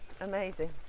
Amazing